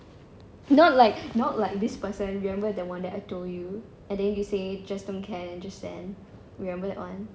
not like not like this person remember that one that I told you and then you say just don't care just stand remember that one